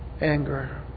anger